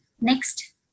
Next